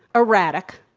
erratic,